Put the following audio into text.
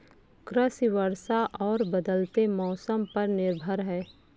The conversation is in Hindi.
कृषि वर्षा और बदलते मौसम पर निर्भर है